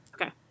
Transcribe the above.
Okay